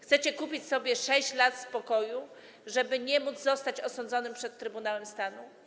Chcecie kupić sobie 6 lat spokoju, żeby nie móc zostać osądzonymi przed Trybunałem Stanu?